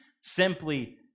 simply